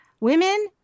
women